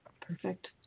Perfect